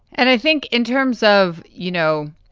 and i think in terms of, you know,